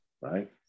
right